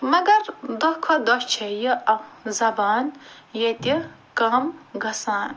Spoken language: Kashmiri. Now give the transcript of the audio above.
مگر دۄہ کھۄتہٕ دۄہ چھِ یہِ ٲں زبان ییٚتہِ کَم گژھان